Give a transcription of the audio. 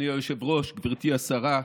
אדוני היושב-ראש, גברתי השרה,